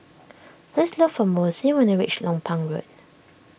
please look for Mossie when you reach Lompang Road